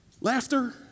Laughter